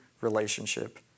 relationship